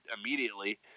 immediately